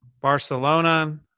Barcelona